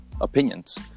opinions